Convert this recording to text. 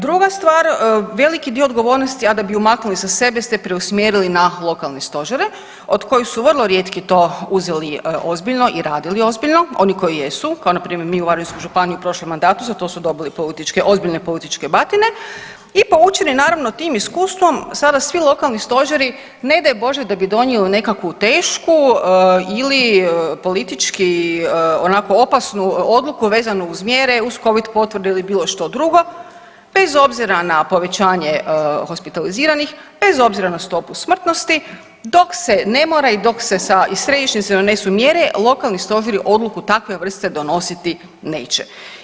Druga stvar, veliki dio odgovornosti, a da bi ju maknuli sa sebe ste ju preusmjerili na lokalne stožere, od kojih su vrlo rijetki to uzeli ozbiljno i radili ozbiljno, oni koji jesu kao npr. mi u Varaždinskoj županiji u prošlom mandatu, za to su dobili političke, ozbiljne političke batine i poučeni naravno tim iskustvom sada svi lokalni stožeri ne daj Bože da bi donijeli nekakvu tešku ili politički onako opasnu odluku vezanu uz mjere, covid potvrde ili bilo što drugo bez obzira na povećanje hospitaliziranih, bez obzira na stopu smrtnosti dok se ne mora i dok se iz središnjice donesu mjere lokalni stožer odluku takve vrste donositi neće.